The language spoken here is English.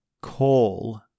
call